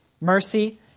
Mercy